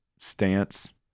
stance